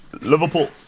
Liverpool